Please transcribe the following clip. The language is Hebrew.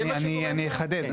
אני אחדד.